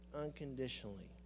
unconditionally